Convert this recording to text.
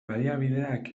baliabideak